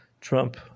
Trump